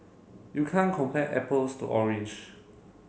you can't compare apples to orange